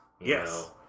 Yes